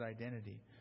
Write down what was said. identity